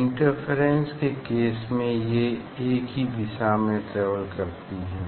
interference के case में ये एक ही दिशा में ट्रेवल करती हैं